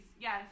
yes